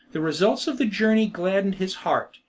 the results of the journey gladdened his heart.